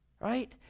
right